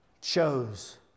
chose